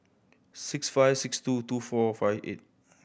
six five six two two four five eight